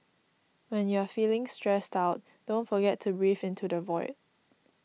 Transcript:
when you are feeling stressed out don't forget to breathe into the void